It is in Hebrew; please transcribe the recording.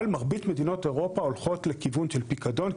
אבל מרבית מדינות אירופה הולכות לכיוון של פיקדון,